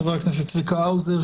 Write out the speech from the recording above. חבר הכנסת צביקה האוזר,